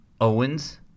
Owens